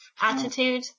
attitude